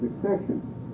succession